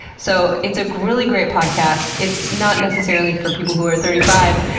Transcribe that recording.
so it's a really great podcast. it's not necessarily for people who are thirty five.